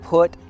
Put